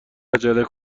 عجله